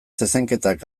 zezenketak